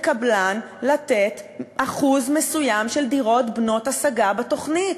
קבלן לתת אחוז מסוים של דירות בנות-השגה בתוכנית.